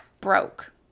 broke